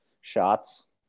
shots